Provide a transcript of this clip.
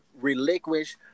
relinquish